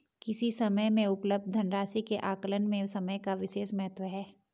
किसी समय में उपलब्ध धन राशि के आकलन में समय का विशेष महत्व है